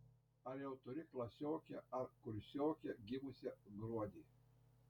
ar jau turi klasiokę ar kursiokę gimusią gruodį